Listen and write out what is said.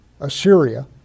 Assyria